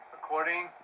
According